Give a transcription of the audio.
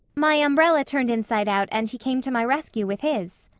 my umbrella turned inside out and he came to my rescue with his.